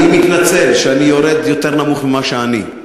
אני מתנצל שאני יורד יותר נמוך ממה שאני,